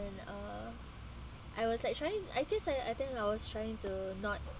uh I was like trying I guess I I think I was trying to not